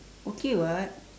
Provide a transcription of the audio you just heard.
okay [what]